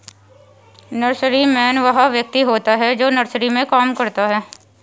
nurseryman वह व्यक्ति होता है जो नर्सरी में काम करता है